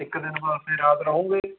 ਇੱਕ ਦਿਨ ਵਾਸਤੇ ਰਾਤ ਰਹੋਗੇ